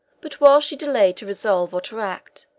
but while she delayed to resolve or to act,